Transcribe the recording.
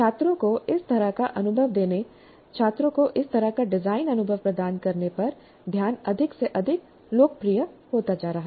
छात्रों को इस तरह का अनुभव देने छात्रों को इस तरह का डिज़ाइन अनुभव प्रदान करने पर ध्यान अधिक से अधिक लोकप्रिय होता जा रहा है